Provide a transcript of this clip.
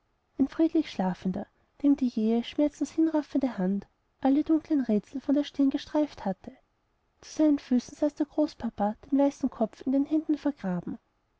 ein friedlich schlafender dem die jähe schmerzlos hinraffende hand alle dunkeln rätsel von der stirn gestreift hatte zu seinen füßen saß der großpapa den weißen kopf in den händen vergraben